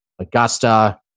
Augusta